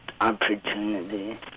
opportunity